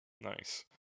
Nice